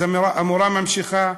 אז המורה ממשיכה: